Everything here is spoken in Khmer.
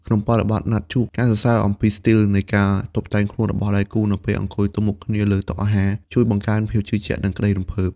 ក្នុងបរិបទណាត់ជួប ការសរសើរអំពីស្ទីលនៃការតុបតែងខ្លួនរបស់ដៃគូនៅពេលអង្គុយទល់មុខគ្នាលើតុអាហារ ជួយបង្កើនភាពជឿជាក់ និងក្ដីរំភើប។